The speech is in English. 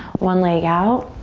one leg out.